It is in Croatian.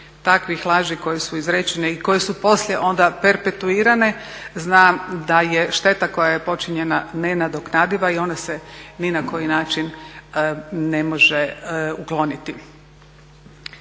takvih laži koje su izrečene i koje su poslije onda perpetuirane znam da je šteta koja je počinjena nenadoknadiva i ona se ni na koji način ne može ukloniti.